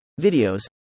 videos